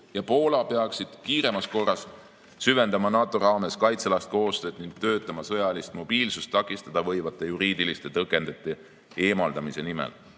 ja Poola peaksid kiiremas korras süvendama NATO raames kaitsealast koostööd ning töötama sõjalist mobiilsust takistada võivate juriidiliste tõkendite eemaldamise nimel.